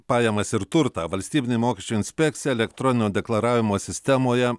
pajamas ir turtą valstybinė mokesčių inspekcija elektroninio deklaravimo sistemoje